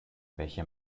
welche